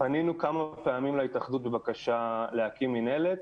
פנינו כמה פעמים להתאחדות בבקשה להקים מינהלת